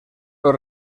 los